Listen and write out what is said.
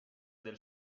del